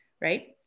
Right